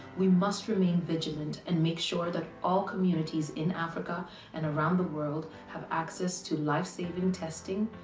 we must remain vigilant and make sure that all communities in africa and around the world have access to life-saving testing,